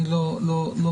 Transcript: אני לא מבין.